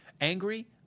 angry